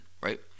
Right